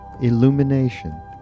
illumination